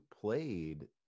played